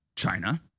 China